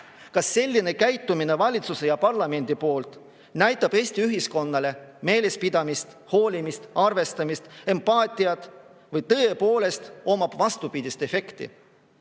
Kas selline käitumine valitsuse ja parlamendi poolt näitab Eesti ühiskonnale meelespidamist, hoolimist, arvestamist ja empaatiat või tõepoolest omab vastupidist efekti?